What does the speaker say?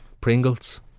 Pringles